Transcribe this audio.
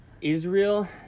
Israel